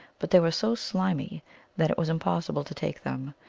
but they were so slimy that it was im possible to take them,